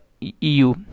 EU